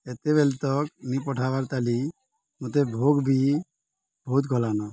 ଏତେବେେଲେ ତକ୍ ମୁଁ ପଠାବାର୍ ତାଲି ମୋତେ ଭୋଗ ବି ବହୁତ ଗଲାନ